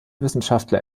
wissenschaftler